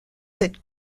cette